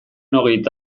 hogeita